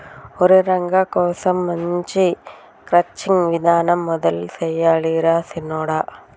ఒరై రంగ కోసం మనం క్రచ్చింగ్ విధానం మొదలు సెయ్యాలి రా సిన్నొడా